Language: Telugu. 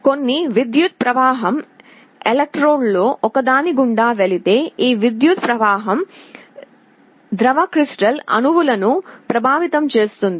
కొన్ని విద్యుత్ ప్రవాహం ఎలక్ట్రోడ్లలో ఒకదాని గుండా వెళితే ఈ విద్యుత్ ప్రవాహం ద్రవ క్రిస్టల్ అణువులను ప్రభావితం చేస్తుంది